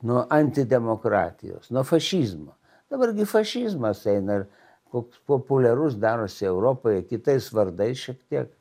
nuo anti demokratijos nuo fašizmo dabar gi fašizmas eina ir koks populiarus darosi europoje kitais vardais šiek tiek